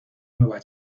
nueva